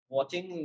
Watching